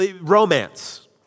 Romance